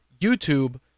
youtube